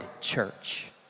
church